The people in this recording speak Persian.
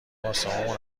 آسمون